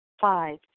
five